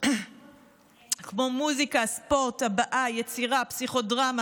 כמו מוזיקה, ספורט, הבעה, יצירה, פסיכודרמה